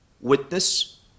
witness